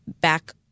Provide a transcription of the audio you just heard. back